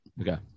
okay